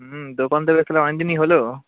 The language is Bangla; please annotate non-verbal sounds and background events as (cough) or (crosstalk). হুম দোকান তো (unintelligible) অনেক দিনই হলো